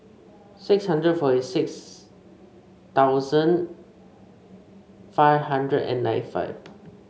six hundred forty six thousand five hundred and ninety five